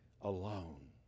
alone